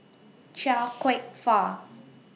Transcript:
Chia Kwek Fah